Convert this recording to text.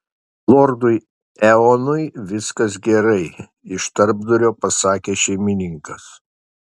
lordui eonui viskas gerai iš tarpdurio pasakė šeimininkas